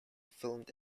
filmed